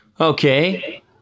Okay